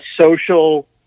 social